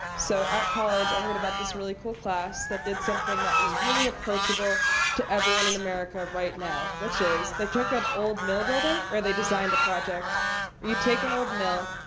so at college, i heard about this really cool class that did something that was really approachable to everyone in america right now, which is they took an old mill building or they designed a project where you take an old mill.